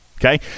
Okay